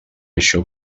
això